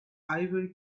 ivory